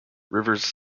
rivers